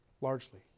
largely